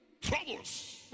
Troubles